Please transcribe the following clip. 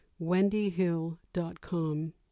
wendyhill.com